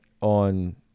on